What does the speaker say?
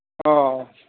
ꯑꯣ